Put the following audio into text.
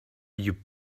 you